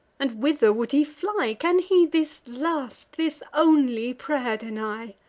and whither would he fly! can he this last, this only pray'r deny!